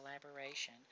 collaboration